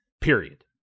Period